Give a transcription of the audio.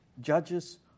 judges